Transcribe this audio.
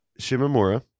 Shimamura